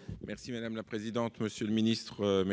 bis La parole est à M. Antoine Lefèvre,